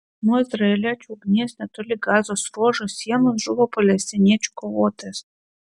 nuo izraeliečių ugnies netoli gazos ruožo sienos žuvo palestiniečių kovotojas